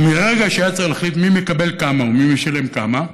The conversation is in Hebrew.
ומרגע שהיה צריך להחליט מי מקבל כמה ומי משלם כמה,